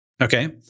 Okay